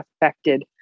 affected